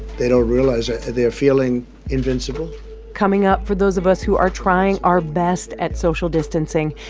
they don't realize ah they're feeling invincible coming up, for those of us who are trying our best at social distancing,